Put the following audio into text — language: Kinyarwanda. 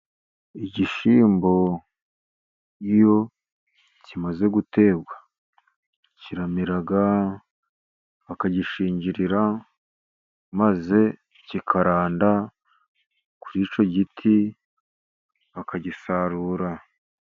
Igishyimbo iyo kimaze guterwa kiramera, bakagishingirira maze kikaranda kuri icyo giti bakagisarura.